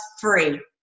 free